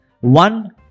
One